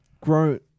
grown